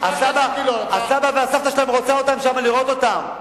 הסבא והסבתא שלהם רוצים שם לראות אותם.